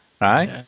right